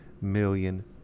million